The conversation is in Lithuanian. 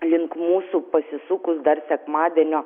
link mūsų pasisukus dar sekmadienio